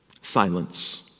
Silence